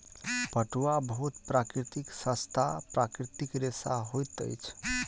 पटुआ बहुत सस्ता प्राकृतिक रेशा होइत अछि